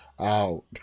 out